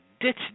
Ditch